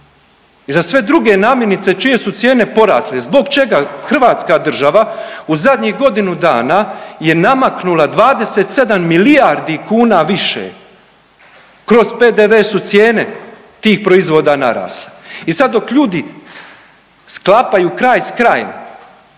i za sve druge namirnice čije su cijene porasle? Zbog čega hrvatska država u zadnjih godinu dana je namaknula 27 milijardi kuna više kroz PDV su cijene tih proizvoda narasle. I sad dok ljudi sklapaju kraj s krajem